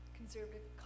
conservative